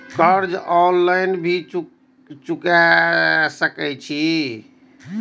कर्जा ऑनलाइन भी चुका सके छी?